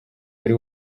wari